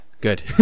Good